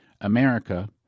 America